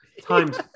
times